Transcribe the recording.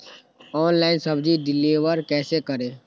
Online सब्जी deliver कैसे करें?